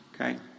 okay